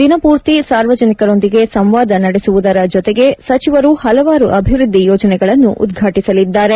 ದಿನಪೂರ್ತಿ ಸಾರ್ವಜನಿಕರೊಂದಿಗೆ ಸಂವಾದ ನಡೆಸುವುದರ ಜೊತೆಗೆ ಸಚಿವರು ಹಲವಾರು ಅಭಿವ್ವದ್ದಿ ಯೋಜನೆಗಳನ್ನು ಉದ್ಘಾಟಿಸಲಿದ್ದಾರೆ